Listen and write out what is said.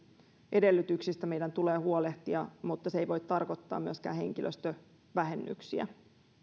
edellytyksistä meidän tulee huolehtia mutta se ei voi tarkoittaa myöskään henkilöstövähennyksiä